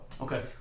okay